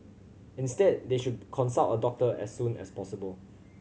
instead they should consult a doctor as soon as possible